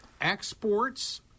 Exports